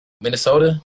Minnesota